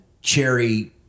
cherry